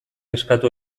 estatu